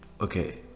okay